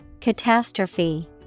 Catastrophe